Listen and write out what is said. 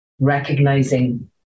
recognizing